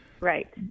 Right